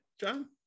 John